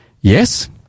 Yes